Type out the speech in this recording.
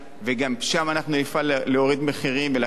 וגם שם אנחנו נפעל להוריד מחירים ולהכניס מתחרים.